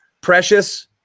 precious